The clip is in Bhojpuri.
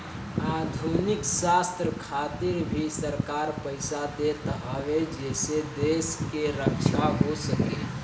आधुनिक शस्त्र खातिर भी सरकार पईसा देत हवे जेसे देश के रक्षा हो सके